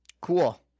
cool